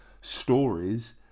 stories